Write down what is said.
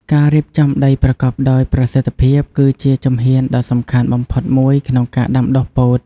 ការរៀបចំដីប្រកបដោយប្រសិទ្ធភាព គឺជាជំហានដ៏សំខាន់បំផុតមួយក្នុងការដាំដុះពោត។